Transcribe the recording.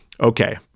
Okay